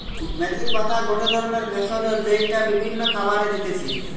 মেথির পাতা গটে ধরণের ভেষজ যেইটা বিভিন্ন খাবারে দিতেছি